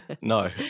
No